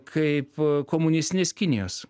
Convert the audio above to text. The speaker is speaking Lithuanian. kaip komunistinės kinijos